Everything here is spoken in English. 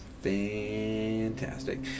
Fantastic